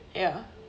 ya